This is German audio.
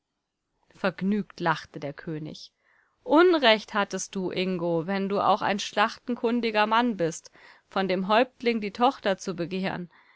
vergnügt lachte der könig unrecht hattest du ingo wenn du auch ein schlachtenkundiger mann bist von dem häuptling die tochter zu begehren